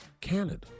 Canada